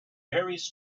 various